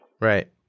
Right